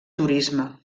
turisme